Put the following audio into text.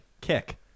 kick